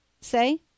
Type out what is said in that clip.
say